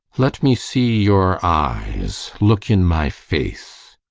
let me see your eyes look in my face.